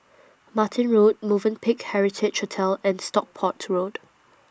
Martin Road Movenpick Heritage Hotel and Stockport Road